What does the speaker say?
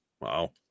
Wow